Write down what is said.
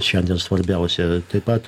šiandien svarbiausia taip pat